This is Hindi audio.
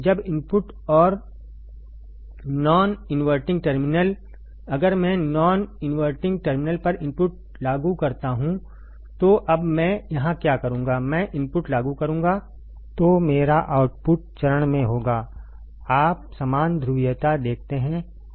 जब इनपुट और नॉन इनवर्टिंग टर्मिनल अगर मैं नॉन इनवर्टिंग टर्मिनल पर इनपुट लागू करता हूं तो अब मैं यहां क्या करूंगा मैं इनपुट लागू करूंगा तो मेरा आउटपुट चरण में होगा आप समान ध्रुवीयता देखते हैं